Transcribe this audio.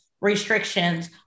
restrictions